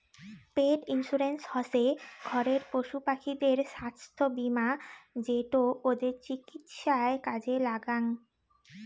পেট insurance হসে ঘরের পশুপাখিদের ছাস্থ্য বীমা যেটো ওদের চিকিৎসায় কাজে লাগ্যাং